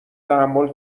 تحمل